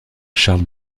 charles